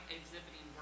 exhibiting